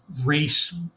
race